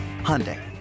Hyundai